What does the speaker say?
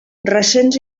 recents